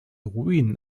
ruinen